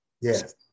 Yes